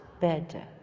better